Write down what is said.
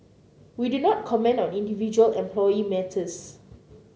we do not comment on individual employee matters